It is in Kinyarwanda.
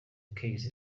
keys